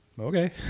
okay